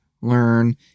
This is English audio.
learn